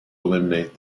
eliminate